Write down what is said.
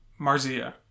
Marzia